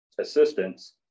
assistance